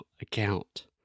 account